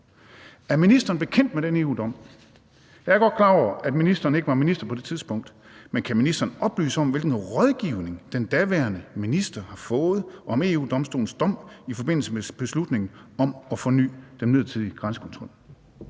Er ministeren bekendt med den EU-dom? Jeg er godt klar over, at ministeren ikke var minister på det tidspunkt, men kan ministeren oplyse, hvilken rådgivning den daværende minister har fået om EU-Domstolens dom i forbindelse med beslutningen om at forny den midlertidige grænsekontrol?